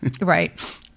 Right